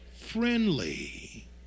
friendly